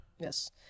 Yes